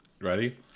Ready